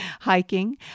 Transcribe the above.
hiking